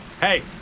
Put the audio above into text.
Hey